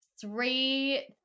three